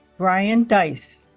brian dice